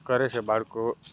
કરે છે બાળકો